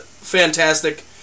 fantastic